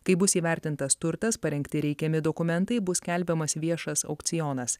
kai bus įvertintas turtas parengti reikiami dokumentai bus skelbiamas viešas aukcionas